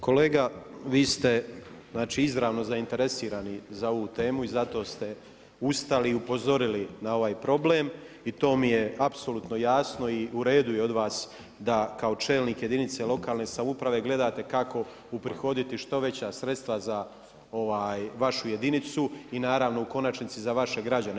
Kolega, vi ste izravno zainteresirani za ovu temu i zato ste ustali i upozorili na ovaj problem i to mi je apsolutno jasno i uredu je od vas da kao čelnik jedinice lokalne samouprave gledate kako uprihoditi što veća sredstva za vašu jedinicu i u konačnici za vaše građane.